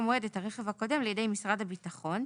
מועד את הרכב הקודם לידי משרד הביטחון,